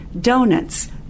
donuts